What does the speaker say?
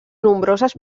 nombroses